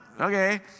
Okay